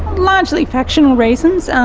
largely factional reasons.